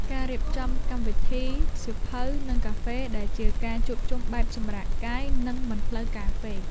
ការរៀបចំកម្មវិធី សៀវភៅ និងកាហ្វេ ដែលជាការជួបជុំបែបសម្រាកកាយ និងមិនផ្លូវការពេក។